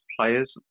players